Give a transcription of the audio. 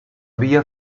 via